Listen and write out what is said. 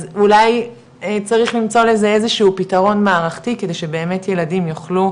אז אולי צריך למצוא לזה איזשהו פתרון מערכתי כדי שבאמת ילדים יוכלו